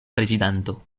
prezidanto